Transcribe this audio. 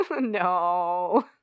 No